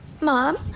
Mom